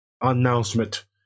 announcement